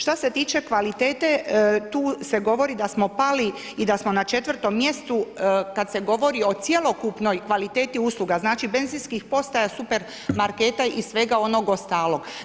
Šta se tiče kvalitete, tu se govori da smo pali i da smo na 4. mjestu kad se govori o cjelokupnoj kvaliteti usluga, znači benzinskih postaja, supermarketa i svega onog ostalog.